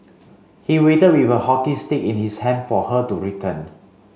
he waited with a hockey stick in his hand for her to return